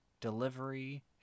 delivery